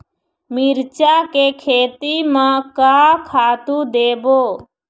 मिरचा के खेती म का खातू देबो?